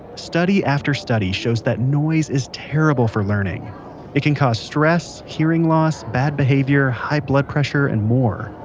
study after study shows that noise is terrible for learning it can cause stress, hearing loss, bad behavior, high blood pressure, and more,